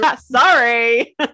sorry